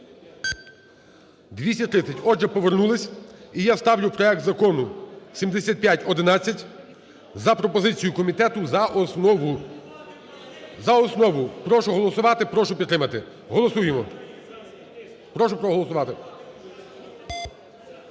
За-230 Отже, повернулись. І я ставлю проект Закону 7511 за пропозицією комітету за основу, за основу. Прошу голосувати, прошу підтримати. Голосуємо. Прошу проголосувати.